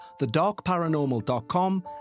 thedarkparanormal.com